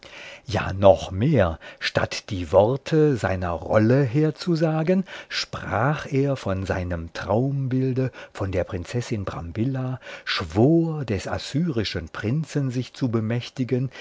ja noch mehr statt die worte seiner rolle herzusagen sprach er von seinem traumbilde von der prinzessin brambilla schwor des assyrischen prinzen sich zu bemächtigen